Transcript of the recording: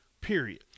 period